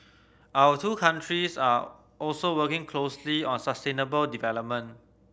our two countries are also working closely on sustainable development